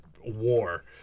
war